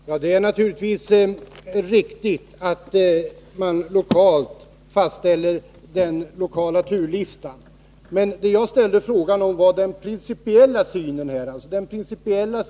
Herr talman! Det är naturligtvis riktigt att man lokalt fastställer den lokala turlistan, men det jag frågade om var den principiella synen på turernas antal.